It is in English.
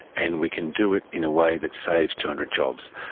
and we can do it in a way that saves two hundred jobs.